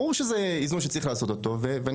ברור שזה איזון שצריך לעשות אותו ואני